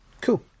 Cool